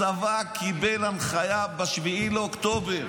הצבא קיבל הנחיה ב-7 באוקטובר